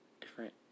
different